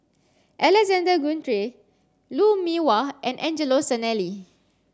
Alexander Guthrie Lou Mee Wah and Angelo Sanelli